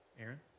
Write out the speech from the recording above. Aaron